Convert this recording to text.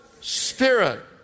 Spirit